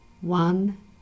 One